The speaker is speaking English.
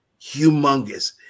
humongous